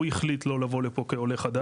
הוא החליט לא להגיע לפה כעולה חדש.